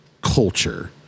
culture